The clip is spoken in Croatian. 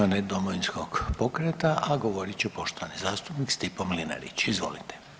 onaj Domovinskog pokreta, a govorit će poštovani zastupnik Stipo Mlinarić, izvolite.